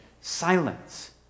silence